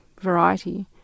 variety